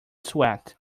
sweat